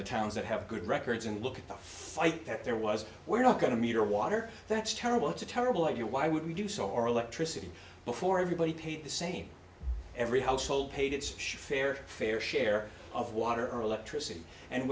the towns that have good records and look at the fight that there was we're not going to meter water that's terrible it's a terrible idea why would we do so or electricity before everybody paid the same every household paid its should fair fair share of water or electricity and